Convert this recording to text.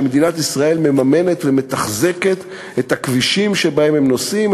שמדינת ישראל מממנת ומתחזקת את הכבישים שבהם הם נוסעים,